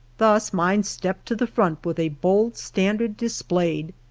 thus mind stepped to the front with a bold standard dis played,